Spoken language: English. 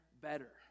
better